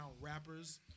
rappers